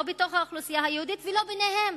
לא בתוך האוכלוסייה היהודית ולא ביניהן.